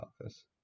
office